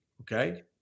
Okay